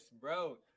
bro